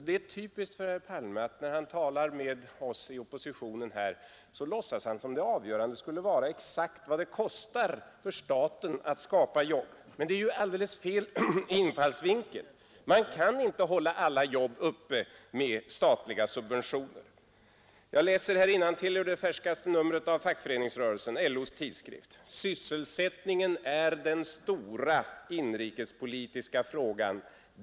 Det är typiskt för herr Palme att när han talar med oss inom oppositionen låtsas han som om det avgörande skulle vara exakt vad det kostar för staten att skapa jobb. Men det är alldeles fel infallsvinkel. Man kan inte hålla alla jobb uppe med statliga subventioner. Jag läser här innantill ur det färskaste numret av Fackföreningsrörelsen, LOs tidskrift: ”Sysselsättningen är den stora inrikespolitiska frågan.